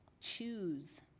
choose